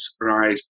right